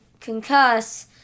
concuss